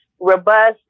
robust